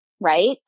right